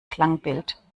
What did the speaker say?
klangbild